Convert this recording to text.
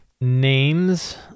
Names